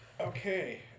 okay